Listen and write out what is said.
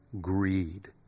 greed